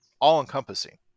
all-encompassing